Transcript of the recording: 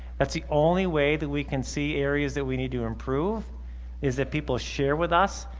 that's the only way that we can see areas that we need to improve is that people share with us.